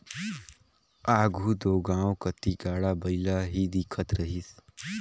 आघु दो गाँव कती गाड़ा बइला ही दिखत रहिस